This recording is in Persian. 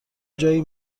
جایی